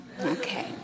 Okay